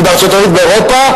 היא בארצות-הברית ובאירופה,